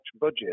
budget